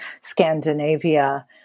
Scandinavia